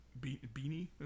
Beanie